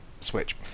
Switch